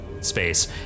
space